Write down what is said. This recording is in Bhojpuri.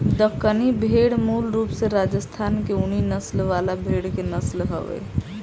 दक्कनी भेड़ मूल रूप से राजस्थान के ऊनी नस्ल वाला भेड़ के नस्ल हवे